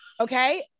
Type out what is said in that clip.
okay